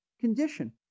condition